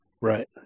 Right